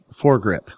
foregrip